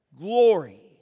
glory